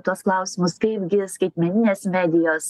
tuos klausimus kaipgi skaitmeninės medijos